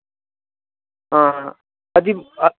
ᱟᱹᱰᱤ